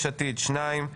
יש עתיד שניים,